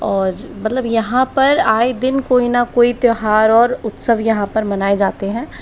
और मतलब यहाँ पर आएं दिन कोई ना कोई त्यौहार और उत्सव यहाँ पर मनाए जाते हैं